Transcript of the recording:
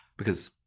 because,